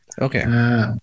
okay